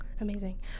amazing